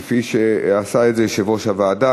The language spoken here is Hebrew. כפי שעשה את זה יושב-ראש הוועדה.